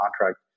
contract